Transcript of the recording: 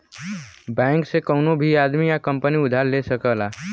bank से कउनो भी आदमी या कंपनी उधार ले सकला